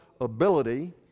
ability